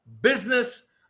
business